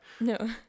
No